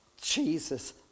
Jesus